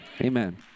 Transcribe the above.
Amen